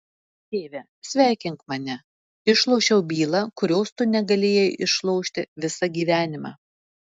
tėve sveikink mane išlošiau bylą kurios tu negalėjai išlošti visą gyvenimą